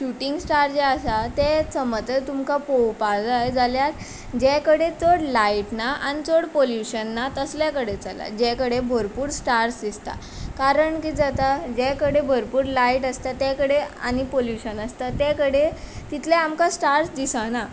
shooting star जे आसा ते समज जर तुमकां पळोवपाक जाय जाल्यार जे कडेन चड लायट ना आनी चड पोल्यूशन ना तसल्या कडेन चला ज्या कडेन भरपूर स्टार्स दिसता कारण कित जाता जे कडेन भरपूर लायट आसता ते कडेन आनी पोल्यूशन आसता ते कडेन तितले आमकां स्टार्स दिसना